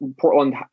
Portland